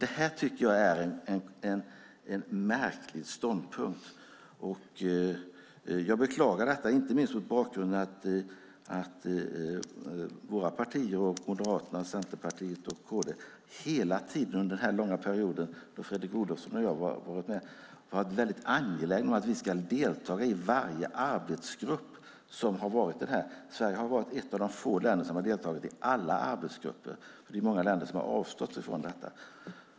Detta tycker jag är en märklig ståndpunkt, och jag beklagar detta, inte minst mot bakgrund av att våra partier, Moderaterna, Centerpartiet och Kristdemokraterna hela tiden under den här långa perioden som Fredrik Olovsson och jag har varit med har varit väldigt angelägna om att vi ska delta i varje arbetsgrupp. Sverige är ett av de få länder som har deltagit i alla arbetsgrupper. Det är många länder som har avstått ifrån detta.